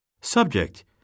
Subject